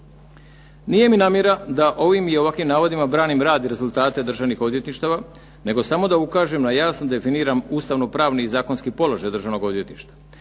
Nije mi namjera da ovim i ovakvim navodima branim rad i rezultate državnih odvjetništava, nego samo da ukažem na jasno definiran ustavno-pravni i zakonski položaj Državnog odvjetništva,